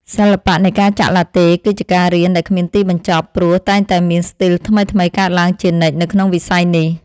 សិល្បៈនៃការចាក់ឡាតេ គឺជាការរៀនដែលគ្មានទីបញ្ចប់ ព្រោះតែងតែមានស្ទីលថ្មីៗកើតឡើងជានិច្ចនៅក្នុងវិស័យនេះ។